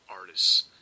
artists